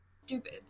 stupid